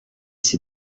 ces